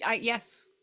Yes